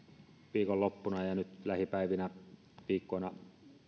viikonloppuna ja nyt lähipäivinä ja viikkoina